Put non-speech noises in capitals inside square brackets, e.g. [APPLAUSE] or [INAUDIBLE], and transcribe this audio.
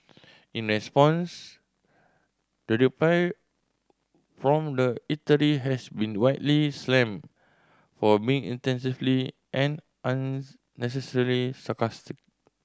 in response the reply from the eatery has been widely slammed for being [UNINTELLIGIBLE] and unnecessarily sarcastic